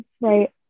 right